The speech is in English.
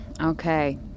Okay